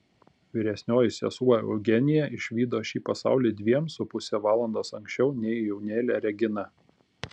vyresnioji sesuo eugenija išvydo šį pasaulį dviem su puse valandos anksčiau nei jaunėlė regina